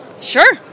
Sure